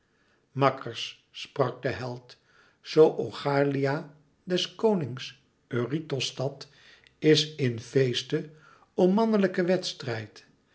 makkers sprak de held zoo oichalia des konings eurytos stad is in feeste om manlijken wedstrijd